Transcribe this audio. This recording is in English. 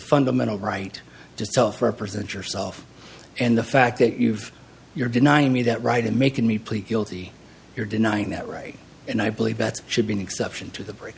fundamental right to self represent yourself and the fact that you've you're denying me that right and making me plead guilty you're denying that right and i believe that's should be an exception to the break